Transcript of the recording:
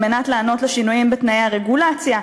על מנת לענות על השינויים בתנאי הרגולציה,